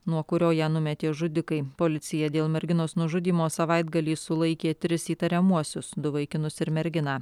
nuo kurio ją numetė žudikai policija dėl merginos nužudymo savaitgalį sulaikė tris įtariamuosius du vaikinus ir merginą